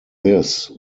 this